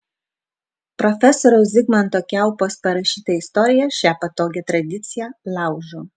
profesoriaus zigmanto kiaupos parašyta istorija šią patogią tradiciją laužo